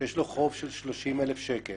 שיש לו חוב של 30,000 שקל